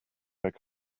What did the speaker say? back